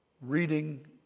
reading